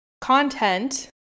content